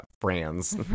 friends